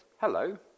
hello